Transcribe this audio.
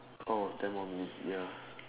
oh ten more minutes ya